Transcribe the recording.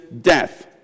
death